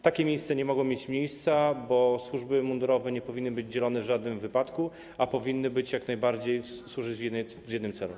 Takie sytuacje nie mogą mieć miejsca, bo służby mundurowe nie powinny być dzielone w żadnym wypadku, a powinny jak najbardziej służyć jednemu celowi.